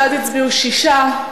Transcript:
בעד הצביעו שישה,